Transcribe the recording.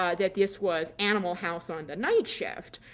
um that this was animal house on the night shift.